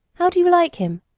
how do you like him?